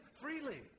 freely